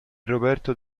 roberto